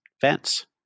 fence